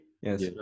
yes